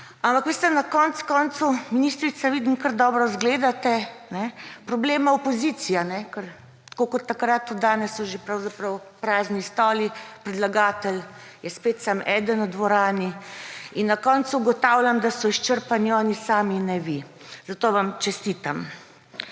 Ampak veste, konec koncev, ministrica, vidim, kar dobro zgledate, problem je opozicija, ker tako kot takrat, tudi danes so že pravzaprav prazni stoli, predlagatelj je spet samo eden v dvorani. In na koncu ugotavljam, da so izčrpani oni sami in ne vi. Za to vam čestitam.